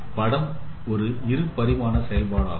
படம் ஒரு இரு பரிமாண செயல்பாடாகும்